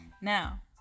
now